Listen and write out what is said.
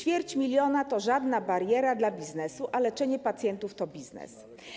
Ćwierć miliona to żadna bariera dla biznesu, a leczenie pacjentów to biznes.